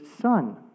son